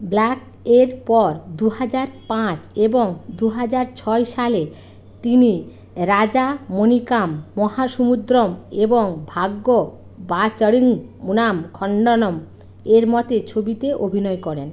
black এর পর দু হাজার পাঁচ এবং দু হাজার ছয় সালে তিনি রাজামণিকাম মহাসমুদ্রম এবং ভাগ্যবাচারিংনাম খন্ডনম এর মতো ছবিতে অভিনয় করেন